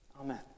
Amen